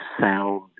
sound